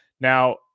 Now